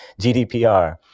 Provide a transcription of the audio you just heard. GDPR